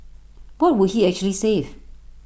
what would he actually save